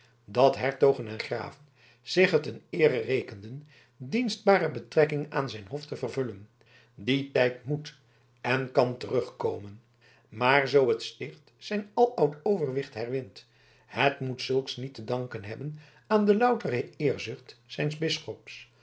dat hertogen en graven zich het een eere rekenden dienstbare betrekkingen aan zijn hof te vervullen die tijd moet en kan terugkomen maar zoo het sticht zijn aloud overwicht herwint het moet zulks niet te danken hebben aan de loutere eerzucht zijns bisschops